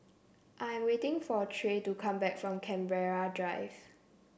I'm waiting for Trey to come back from Canberra Drive